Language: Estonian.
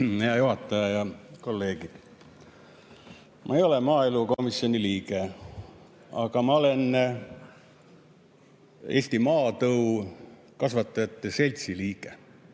Hea juhataja! Head kolleegid! Ma ei ole maaelukomisjoni liige, aga ma olen Eesti Maakarja Kasvatajate Seltsi liige.